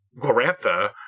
Glorantha